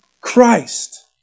Christ